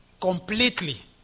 completely